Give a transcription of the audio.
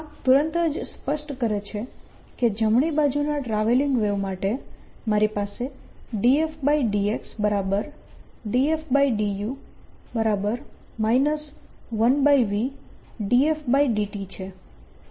આ તુરંત જ સ્પષ્ટ કરે છે કે જમણી બાજુના ટ્રાવેલીંગ વેવ માટે મારી પાસે ∂f∂x∂f∂u 1v∂f∂t છે